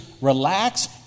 Relax